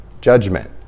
Judgment